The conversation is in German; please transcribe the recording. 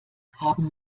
haben